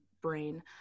brain